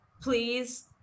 please